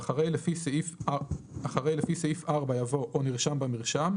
- (א)אחרי "לפי סעיף 4" יבוא "או נרשם במרשם",